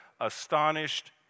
astonished